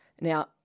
Now